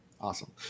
Awesome